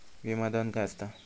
विमा धन काय असता?